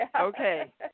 Okay